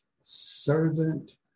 servant